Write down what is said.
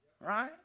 right